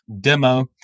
demo